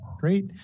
great